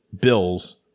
bills